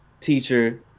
teacher